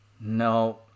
No